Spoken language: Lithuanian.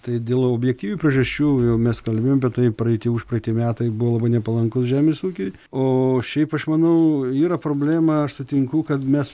tai dėl objektyvių priežasčių jau mes kalbėjom apie tai praeiti užpraeiti metai buvo labai nepalankūs žemės ūkiui o šiaip aš manau yra problema aš sutinku kad mes